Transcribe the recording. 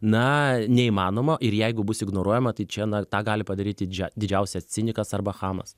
na neįmanoma ir jeigu bus ignoruojama tai čia na tą gali padaryti džia didžiausias cinikas arba chamas